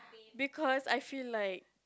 because I feel like